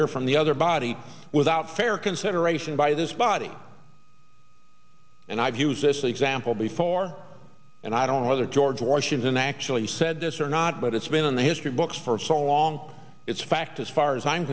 here from the other body without fair consideration by this body and i've used this example before and i don't know whether george washington actually said this or not but it's been on the history books for so long it's fact as far as i'm